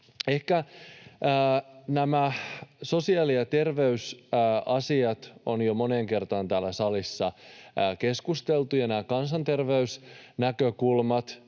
Ehkä nämä sosiaali- ja terveysasiat on jo moneen kertaan täällä salissa keskusteltu ja nämä kansanterveysnäkökulmat.